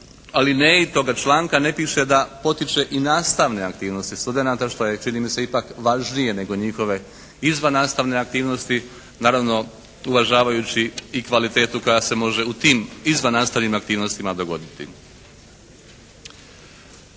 alinei toga članka ne piše da potiče i nastavne aktivnosti studenata što je čini mi se ipak važnije nego njihove izvannastavne aktivnosti. Naravno uvažavajući i kvalitetu koja se može u tim izvannatavnih aktivnostima dogoditi.